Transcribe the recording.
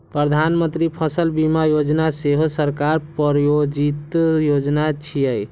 प्रधानमंत्री फसल बीमा योजना सेहो सरकार प्रायोजित योजना छियै